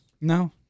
No